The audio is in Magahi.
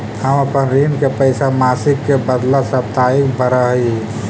हम अपन ऋण के पैसा मासिक के बदला साप्ताहिक भरअ ही